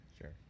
Sure